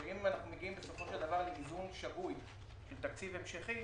אם אנחנו מגיעים בסופו של דבר לאיזון שגוי עם תקציב המשכי,